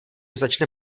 začne